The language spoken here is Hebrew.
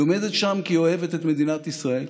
היא עומדת שם כי אוהבת את מדינת ישראל,